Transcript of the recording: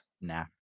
Nah